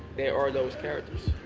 they are those characters.